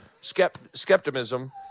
skepticism